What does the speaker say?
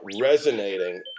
resonating